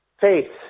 faith